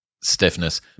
stiffness